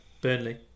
Burnley